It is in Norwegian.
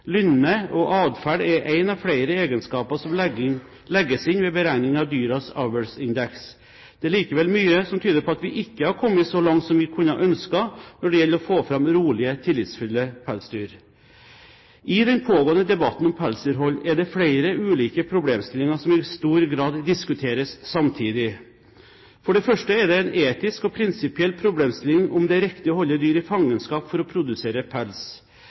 Lynne og atferd er én av flere egenskaper som legges inn ved beregning av dyrenes avlsindeks. Det er likevel mye som tyder på at vi ikke har kommet så langt som vi kunne ønske, når det gjelder å få fram rolige, tillitsfulle pelsdyr. I den pågående debatten om pelsdyrhold er det flere ulike problemstillinger som i stor grad diskuteres samtidig. For det første er det en etisk og prinsipiell problemstilling om det er riktig å holde dyr i fangenskap for å produsere pels.